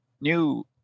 new